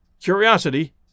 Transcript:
curiosity